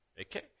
Okay